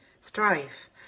strife